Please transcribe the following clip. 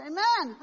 Amen